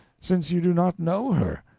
since you do not know her?